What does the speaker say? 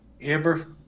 Amber